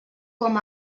com